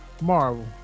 Marvel